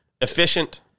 Efficient